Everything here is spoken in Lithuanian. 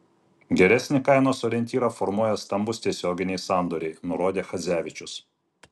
geresnį kainos orientyrą formuoja stambūs tiesioginiai sandoriai nurodo chadzevičius